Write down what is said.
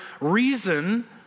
reason